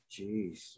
Jeez